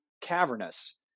cavernous